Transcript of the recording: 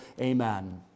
Amen